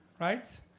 right